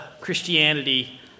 Christianity